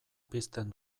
pizten